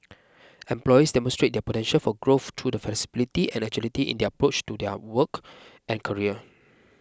employees demonstrate their potential for growth through the flexibility and agility in their approach to their work and career